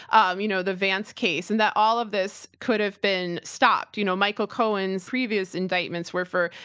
um you know the vance case, and that all of this could have been stopped. you know, michael cohen's previous indictments were for,